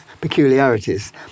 peculiarities